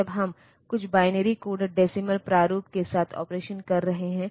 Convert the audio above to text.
तो आप pin number 21 से 28 को A8 से A15 के रूप में चिह्नित देखते हैं